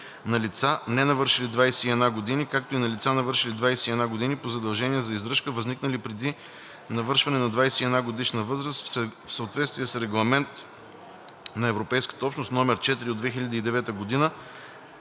на лица, ненавършили 21 години, както и на лица, навършили 21 години, по задължения за издръжка, възникнали преди навършване на 21-годишна възраст, в съответствие с Регламент (ЕО) № 4 от 2009 г. на